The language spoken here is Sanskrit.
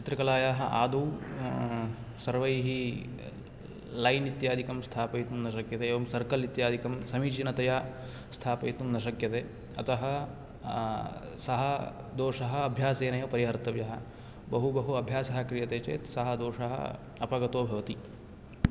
चित्रकलायाः आदौ सर्वैः लैन् इत्यादिकं स्थापयितुं न शक्यते एवं सर्कल् इत्यादिकं समीचीनतया स्थापयितुं न शक्यते अतः सः दोषः अभ्यासेनेव परिहर्तव्यः बहु बहु अभ्यासः क्रियते चेत् सः दोषः अपगतो भवति